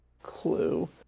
clue